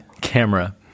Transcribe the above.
camera